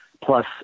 plus